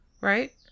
right